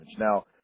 Now